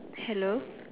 hello